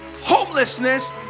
homelessness